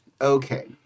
okay